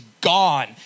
gone